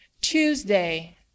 Tuesday